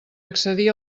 accedir